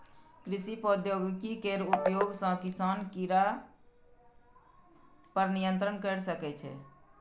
कृषि प्रौद्योगिकी केर उपयोग सं किसान कीड़ा पर नियंत्रण कैर सकै छै